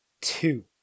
two